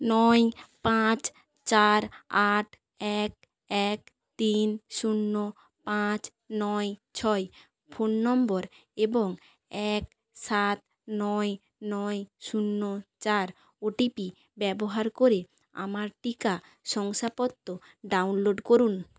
নয় পাঁচ চার আট এক এক তিন শূন্য পাঁচ নয় ছয় ফোন নম্বর এবং এক সাত নয় নয় শূন্য চার ওটিপি ব্যবহার করে আমার টিকা শংসাপত্র ডাউনলোড করুন